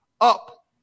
up